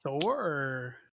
Thor